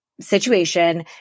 situation